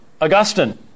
Augustine